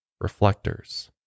reflectors